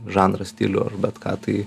žanrą stilių ar bet ką tai